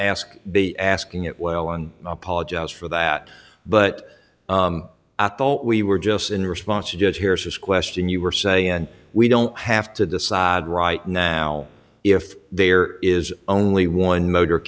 ask be asking it well on apologize for that but i thought we were just in response a judge hears this question you were saying we don't have to decide right now if there is only one motor